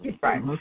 Right